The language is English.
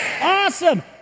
Awesome